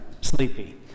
sleepy